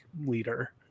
leader